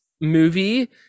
movie